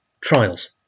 trials